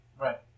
Right